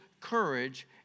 courage